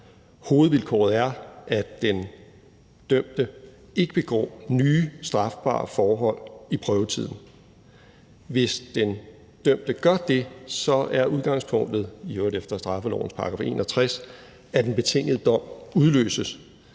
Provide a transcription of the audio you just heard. Hovedvilkåret er, at den dømte ikke begår nye strafbare forhold i prøvetiden. Hvis den dømte gør det, så er udgangspunktet – i øvrigt efter straffelovens § 61 – at en betinget dom udløses.